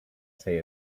say